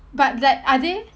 but that are they